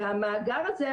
המאגר הזה,